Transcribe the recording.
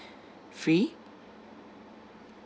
free